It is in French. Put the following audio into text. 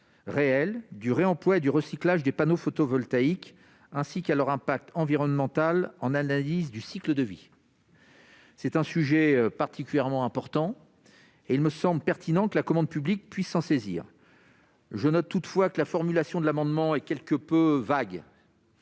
le réemploi et le recyclage des panneaux photovoltaïques, ainsi que leur impact environnemental en analyse de cycle de vie. C'est un sujet particulièrement important et il me semble pertinent que la commande publique puisse s'en saisir. Je note toutefois que la formulation de l'amendement est quelque peu vague